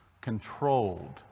controlled